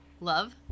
Love